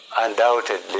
undoubtedly